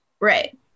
Right